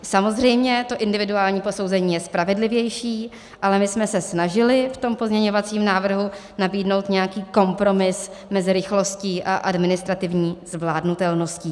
Samozřejmě to individuální posouzení je spravedlivější, ale my jsme se snažili v tom pozměňovacím návrhu nabídnout nějaký kompromis mezi rychlostí a administrativní zvládnutelností.